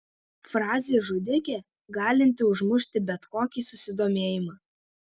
frazė žudikė galinti užmušti bet kokį susidomėjimą